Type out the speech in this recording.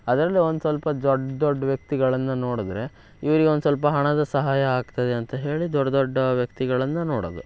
ಅದರಲ್ಲಿ ಒಂದು ಸ್ವಲ್ಪ ದೊಡ್ಡ ದೊಡ್ಡ ವ್ಯಕ್ತಿಗಳನ್ನು ನೋಡಿದ್ರೆ ಇವ್ರಿಗೆ ಒಂದು ಸ್ವಲ್ಪ ಹಣದ ಸಹಾಯ ಆಗ್ತದೆ ಅಂತ ಹೇಳಿ ದೊಡ್ಡ ದೊಡ್ಡ ವ್ಯಕ್ತಿಗಳನ್ನು ನೋಡೋದು